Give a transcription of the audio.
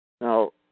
Now